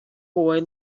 boy